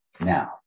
Now